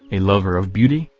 a lover of beauty,